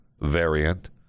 variant